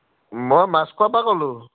মই মাছখোৱা পৰা ক'লো